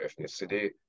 ethnicity